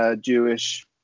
Jewish